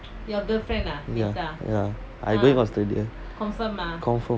ya ya I going australia confirm